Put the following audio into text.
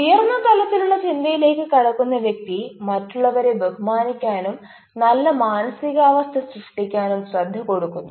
ഉയർന്ന തലത്തിലുള്ള ചിന്തയിലേക്ക് കടക്കുന്ന വ്യക്തി മറ്റുള്ളവരെ ബഹുമാനിക്കാനും നല്ല മാനസികാവസ്ഥ സൃഷ്ടിക്കാനും ശ്രദ്ധ കൊടുക്കുന്നു